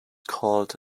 called